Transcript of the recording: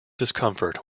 discomfort